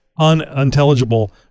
unintelligible